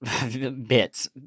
bits